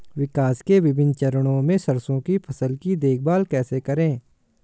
विकास के विभिन्न चरणों में सरसों की फसल की देखभाल कैसे करें?